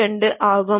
22 ஆகும்